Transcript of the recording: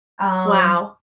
wow